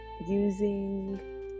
using